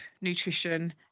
nutrition